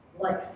life